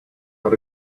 had